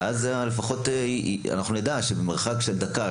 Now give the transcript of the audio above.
ואז לפחות אנחנו נדע שבמרחק דקה,